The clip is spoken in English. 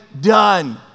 done